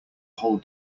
whole